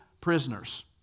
prisoners